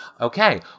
Okay